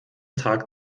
tag